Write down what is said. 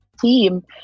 team